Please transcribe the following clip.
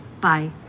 Bye